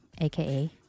aka